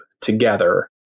together